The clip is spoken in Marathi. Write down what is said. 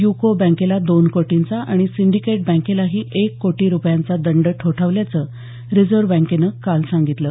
यूको बँकेला दोन कोटींचा आणि सिंडिकेट बँकेलाही एक कोटी रुपयांचा दंड ठोठावल्याचं रिजव्ह बँकेनं काल सांगितलं